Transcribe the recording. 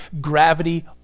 gravity